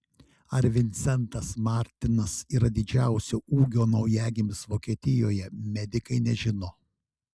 ar vincentas martinas yra didžiausio ūgio naujagimis vokietijoje medikai nežino